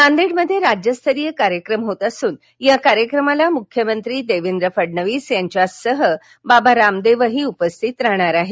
नांदेडमध्ये राज्यस्तरीय कार्यक्रम होत असून या कार्यक्रमास मुख्यमंत्री देवेंद्र फडणवीस यांच्यासह बाबा रामदेव उपस्थित राहणार आहेत